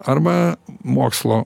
arba mokslo